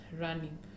running